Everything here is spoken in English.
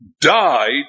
died